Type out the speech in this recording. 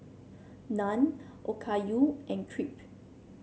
Naan Okayu and Crepe